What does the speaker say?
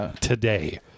today